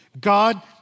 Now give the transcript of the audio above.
God